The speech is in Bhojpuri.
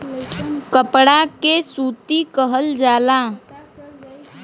कपड़ा के सूती कहल जाला